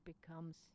becomes